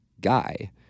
guy